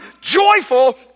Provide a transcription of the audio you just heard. joyful